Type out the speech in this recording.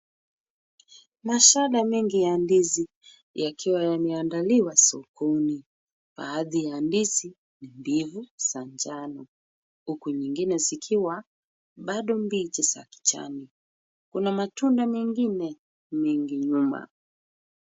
Mashada mengi ya ndizi yakiwa yameandaliwa sokoni. Baadhi ya ndizi ni mbivu za njano. Huku nyingine zikiwa bado mbichi za kijani. Kuna matunda mengine mingi nyuma.